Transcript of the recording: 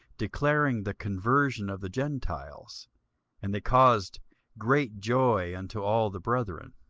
declaring the conversion of the gentiles and they caused great joy unto all the brethren.